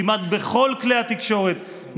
כמעט בכל כלי התקשורת,